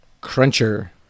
Cruncher